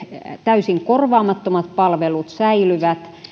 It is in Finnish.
täysin korvaamattomat palvelut säilyvät